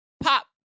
pop